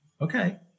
Okay